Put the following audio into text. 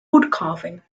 woodcarving